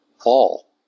fall